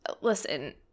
Listen